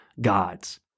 gods